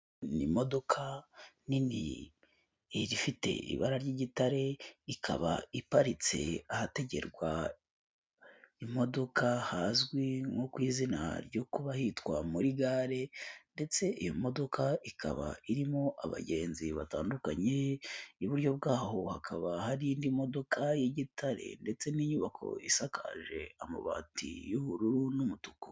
Ni imodoka nini ifite ibara ry'igitare ikaba iparitse ahategerwa imodoka hazwi nko ku izina ryo kuba hitwa muri gare ndetse iyo modoka ikaba irimo abagenzi batandukanye, iburyo bw'aho hakaba hari indi modoka y'igitare ndetse n'inyubako isakaje amabati y'ubururu n'umutuku.